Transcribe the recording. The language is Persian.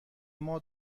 ماه